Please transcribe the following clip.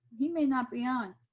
he may not be on.